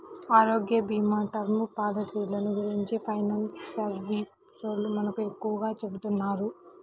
ఆరోగ్యభీమా, టర్మ్ పాలసీలను గురించి ఫైనాన్స్ సర్వీసోల్లు మనకు ఎక్కువగా చెబుతున్నారు